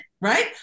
right